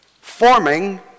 Forming